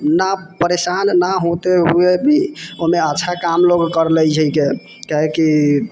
ना परेशान ना होते हुये भी ओहिमे अच्छा काम लोक करि लेइ छिके काहेकि